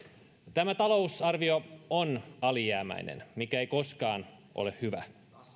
tämä talousarvio on alijäämäinen mikä ei koskaan ole hyvä